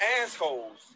assholes